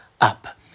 up